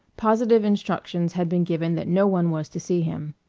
positive instructions had been given that no one was to see him.